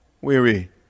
Weary